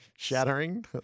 Shattering